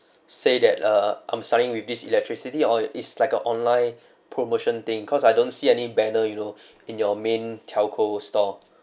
say that err I'm signing with this electricity or is like a online promotion thing cause I don't see any banner you know in your main telco store